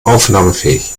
aufnahmefähig